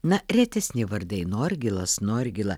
na retesni vardai norgilas norgila